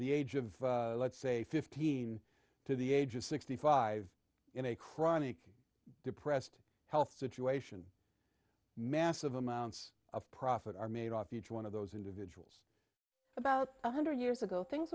the age of let's say fifteen to the age of sixty five in a chronic depressed health situation massive amounts of profit are made off each one of those individuals about one hundred years ago things